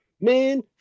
man